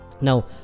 now